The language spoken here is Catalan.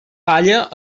palla